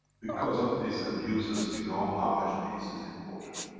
because of these abuses, we know how much peace is important.